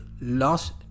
lost